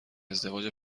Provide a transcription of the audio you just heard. ازدواج